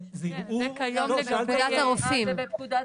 לא, זה בפקודת הרופאים.